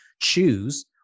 choose